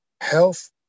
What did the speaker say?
health